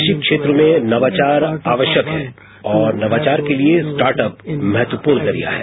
कृषि क्षेत्र में नवाचार आवश्यक है और नवाचार के लिए स्टार्टअप महत्वपूर्ण जरिया है